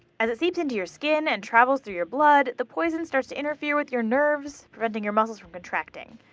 as it seeps into your skin and travels through your blood, the poison starts to interfere with your nerves, preventing your muscles from contracting.